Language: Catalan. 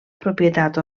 propietat